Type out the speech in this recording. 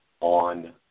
on